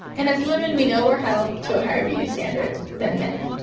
and as women, we know we're held to ah higher beauty standards than men.